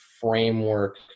framework